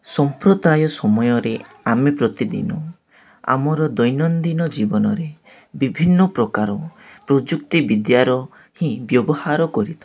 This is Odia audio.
ସମ୍ପ୍ରଦାୟ ସମୟରେ ଆମେ ପ୍ରତିଦିନ ଆମର ଦୈନନ୍ଦିନ ଜୀବନରେ ବିଭିନ୍ନପ୍ରକାର ପ୍ରଯୁକ୍ତିବିଦ୍ୟାର ହିଁ ବ୍ୟବହାର କରିଥାଉ